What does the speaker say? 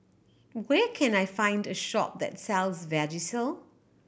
where can I find a shop that sells Vagisil